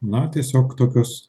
na tiesiog tokios